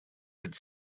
could